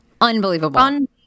unbelievable